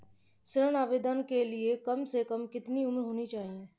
ऋण आवेदन के लिए कम से कम कितनी उम्र होनी चाहिए?